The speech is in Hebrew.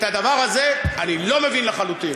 את הדבר הזה אני לא מבין לחלוטין.